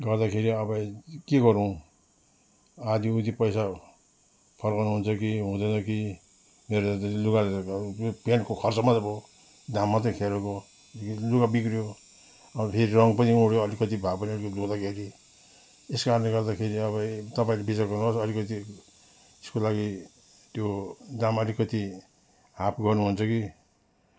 गर्दाखेरि अब के गरुँ आधी उदी पैसा फर्काउनु हुन्छ कि हुँदैन कि मेरो त लुगाले त प्यान्टको खर्च मात्रै भयो दाम मात्रै खेरो गयो यो लुगा बिग्रियो अब फेरि रङ पनि उड्यो अलिकति भए पनि अलिक धुँदाखेरि यस कारणले गर्दाखेरि अब ए तपाईँले विचार पुऱ्याउनुहोस् अलिकति यसको लागि त्यो दाम अलिकति हाफ् गर्नुहुन्छ कि